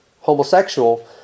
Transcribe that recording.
homosexual